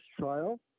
trial